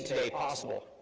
today possible.